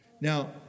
Now